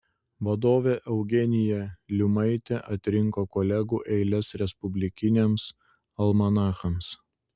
vadovė eugenija liumaitė atrinko kolegų eiles respublikiniams almanachams